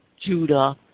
Judah